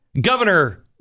Governor